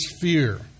fear